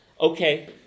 Okay